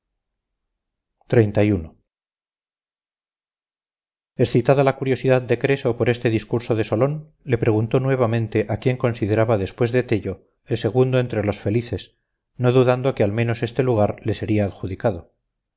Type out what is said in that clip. que había muerto excitada la curiosidad de creso por este discurso de solón le preguntó nuevamente a quién consideraba después de tello el segundo entre los felices no dudando que al menos este lugar le sería adjudicado